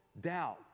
doubt